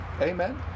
Amen